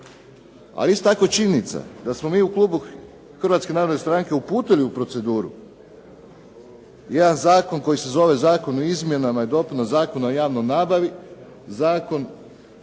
je isto tako činjenica da smo mi u klubu HNS-a uputili u proceduru jedan zakon koji se zove Zakon o izmjenama i dopuna Zakona o javnoj nabavi. Zakon